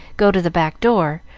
go to the back door,